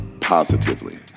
positively